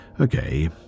okay